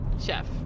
Chef